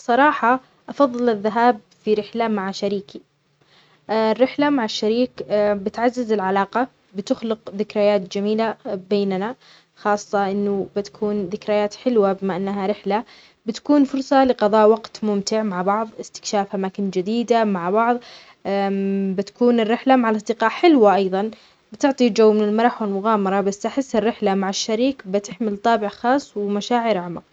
أفضل الذهاب في رحلة مع أصدقائي. لأن السفر مع الأصدقاء يعزز الروابط ويخلق ذكريات ممتعة مع الناس الذين أشاركهم اللحظات. يمكننا الاستمتاع بالمغامرات معًا، وتبادل الضحك والقصص. السفر مع الشريك أيضًا جميل، لكن مع الأصدقاء يكون أكثر حيوية ومتعة في تبادل التجارب.